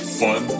fun